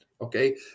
okay